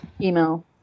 Email